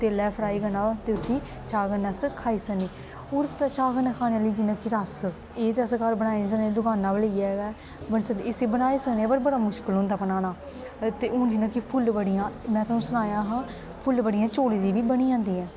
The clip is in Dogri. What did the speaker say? तेलै च फ्राई करना ओह् ते उस्सी चाह् कन्नै अस खाई सकने होर ते चाह् कन्नै खाने आह्ली जियां कि रस एह् ते अस घर बनाई निं सकने दुकानां पर लेइयै गै बनी सकदे इस्सी बनाई सकने आं पर बड़ा मुश्कल होंदा बनाना ते हून जियां कि फुल्लबड़ियां में तोआनूं सनाया हा फुल्लबड़ियां चौलें दियां बी बनी जंदियां ऐं